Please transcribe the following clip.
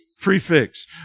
Prefix